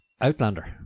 Outlander